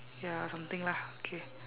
ya something lah okay